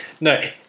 no